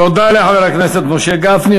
תודה לחבר הכנסת משה גפני.